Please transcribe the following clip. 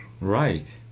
Right